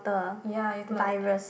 ya it's like